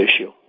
issue